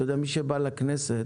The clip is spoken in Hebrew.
מי שבא לכנסת